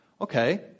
Okay